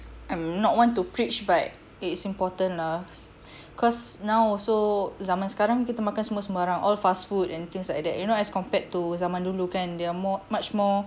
I'm not one to preach but it is important lah cause now also zaman sekarang kita makan semua sembarang all fast food and things like that you know as compared to zaman dulu kan they're more much more